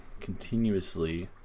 continuously